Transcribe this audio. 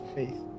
faith